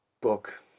book